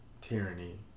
Tyranny